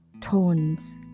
Tones